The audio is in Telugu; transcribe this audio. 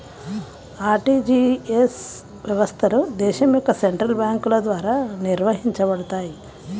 ఆర్టీజీయస్ వ్యవస్థలు దేశం యొక్క సెంట్రల్ బ్యేంకుల ద్వారా నిర్వహించబడతయ్